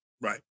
Right